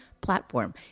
platform